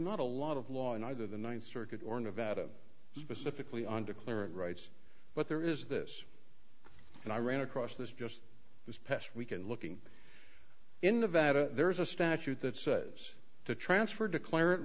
not a lot of law in either the ninth circuit or nevada specifically on declaring rights but there is this and i ran across this just this past week and looking in nevada there is a statute that says to transfer declare